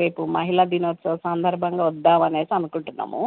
రేపు మహిళా దినోత్సవ సందర్భంగా వద్దాం అని అనుకుంటున్నాము